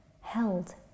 held